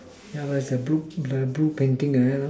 yeah that is a blue painting like that